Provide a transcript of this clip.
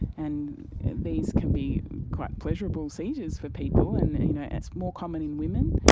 and these can be quite pleasurable seizures for people, and it's more common in women,